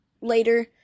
later